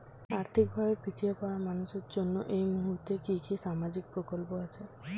আর্থিক ভাবে পিছিয়ে পড়া মানুষের জন্য এই মুহূর্তে কি কি সামাজিক প্রকল্প আছে?